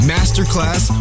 Masterclass